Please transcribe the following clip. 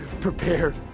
prepared